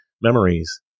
memories